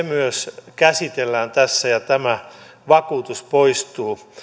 myös käsitellään tässä ja tämä vakuutus poistuu